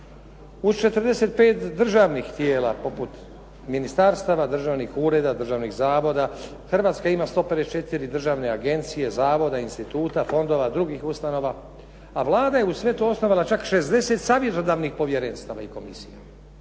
Uz 45 državnih tijela poput ministarstava, državnih ureda, državnih zavoda, Hrvatska ima 154 državne agencije, zavoda, instituta, fondova, drugih ustanova, a Vlada je uz sve to osnovala čak 60 savjetodavnih povjerenstava i komisija.